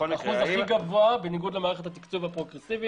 זה האחוז הכי גבוה בניגוד למערכת התקצוב הפרוגרסיבי.